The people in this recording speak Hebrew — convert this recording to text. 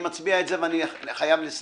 אני מצביע על זה ואני חייב לסיים.